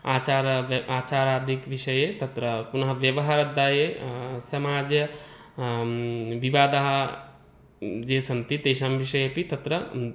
आचार व्य आचारादिविषये तत्र पुनः व्यवहाराध्याये समाज विवादाः ये सन्ति तेषां विषये अपि तत्र